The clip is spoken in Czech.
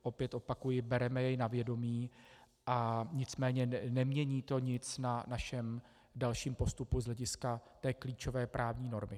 Opět opakuji, bereme jej na vědomí, nicméně nemění to nic na našem dalším postupu z hlediska té klíčové právní normy.